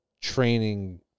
training